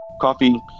Coffee